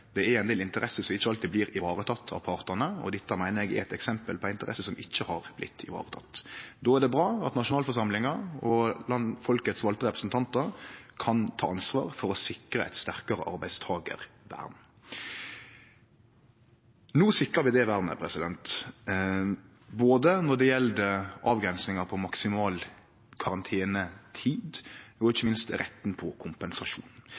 Det er ein del interesser som ikkje alltid blir varetekne av partane, og dette meiner eg er eit eksempel på ei av dei som ikkje har vorte vareteken. Då er det bra at nasjonalforsamlinga og folkets valde representantar kan ta ansvar for å sikre eit sterkare arbeidstakarvern. No sikrar vi det vernet, både når det gjeld avgrensingar på maksimal karantenetid og ikkje minst retten til kompensasjon.